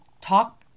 talk